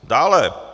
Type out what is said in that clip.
Dále.